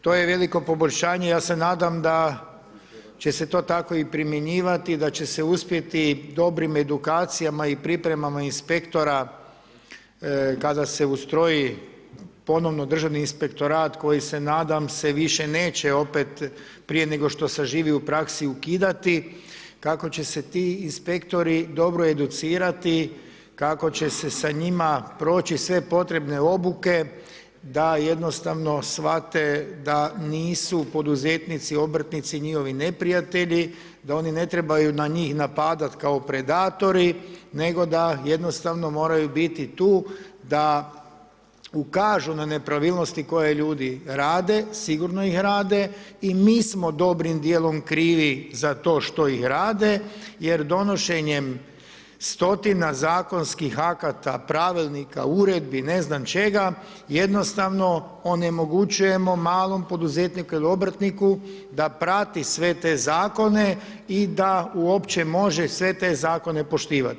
To je veliko poboljšanje, ja se nadam da će se to tako i primjenjivati, i da će se uspjeti dobrim edukacijama i pripremama inspektora, kada se ustroji ponovno državni inspektorat, koji se, nadam se više neće, opet prije nego što saživi u praksi, ukidati, kako će se ti inspektori dobro educirati, kako će se sa njima proći sve potrebne obuke da jednostavne shvate da nisu poduzetnici, obrtnici njihovi neprijatelji, da oni ne trebaju na njih napadati kao predatori, nego da jednostavno moraju biti tu da ukažu na nepravilnosti koje ljudi rade, sigurno ih rade, i mi smo dobrim dijelom krivi za to što ih rade jer donošenjem stotina zakonskih akata, pravilnika, uredbi, ne znam čega, jednostavno onemogućujemo malom poduzetniku ili obrtniku da prati sve te Zakone i da uopće može sve te Zakone poštivati.